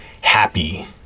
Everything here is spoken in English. happy